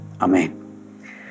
Amen